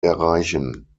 erreichen